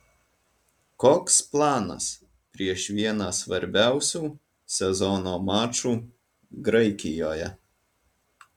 koks planas prieš vieną svarbiausių sezono mačų graikijoje